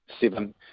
seven